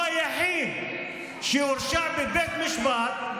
הוא היחיד שהורשע בבית משפט,